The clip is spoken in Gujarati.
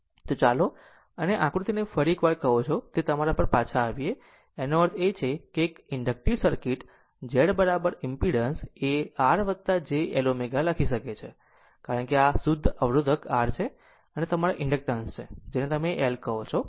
ચાલો તમે આકૃતિને ફરી એકવાર કહો છો તે તમારા પર પાછા આવીએ એનો અર્થ એ છે કે એક ઇન્ડક્ટિવ સર્કિટ Z ઈમ્પીડન્સ એ R j L ω લખી શકે છે કારણ કે આ તે શુદ્ધ અવરોધક R છે અને આ તમારા ઇન્ડક્ટન્સ છે તમે જેને L કહો છો